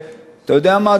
ואתה יודע מה,